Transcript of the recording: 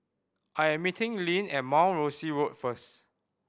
I am meeting Lynne at Mount Rosie Road first